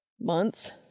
Months